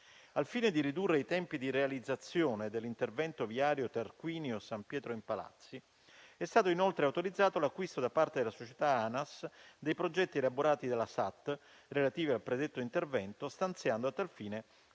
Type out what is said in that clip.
Al fine di ridurre i tempi di realizzazione dell'intervento viario Tarquinio-San Pietro in Palazzi è stato inoltre autorizzato l'acquisto da parte della società ANAS dei progetti elaborati dalla SAT relativi al predetto intervento, stanziando a tal fine